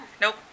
Nope